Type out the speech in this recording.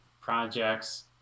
projects